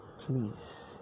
Please